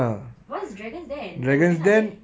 what's dragon's den tak pernah dengar seh